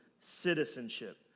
citizenship